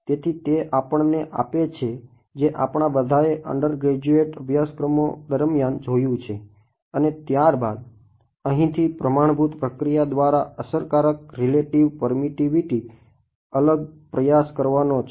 તેથી તે આપણને આપે છે જે આપણા બધાએ અંડરગ્રેજ્યુએટ અભ્યાસક્રમો દરમિયાન જોયું છે અને ત્યારબાદ અહીંથી પ્રમાણભૂત પ્રયાસ કરવાનો છે